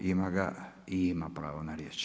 Ima ga i ima pravo na riječ.